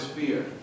fear